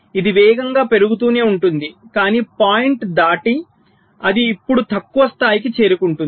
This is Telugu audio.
ఇది వేగంగా పెరుగుతూనే ఉంటుంది కానీ పాయింట్ దాటి అది ఇప్పుడు తక్కువ స్థాయికి చేరుకుంటుంది